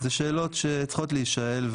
אלה שאלות שצריכות להישאל,